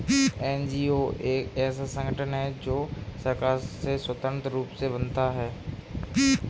NGO एक ऐसा संगठन है जो सरकार से स्वतंत्र रूप से बनता है